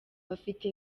bafite